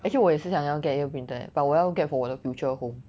actually 我也是想要 get 一个 printer eh but 我有 get for 我的 future home